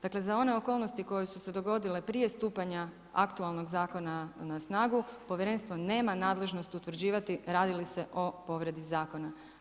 Dakle, za one okolnosti koje su se dogodile prije stupanja aktualnog zakona na snagu povjerenstvo nema nadležnost utvrđivati radi li se o povredi zakona.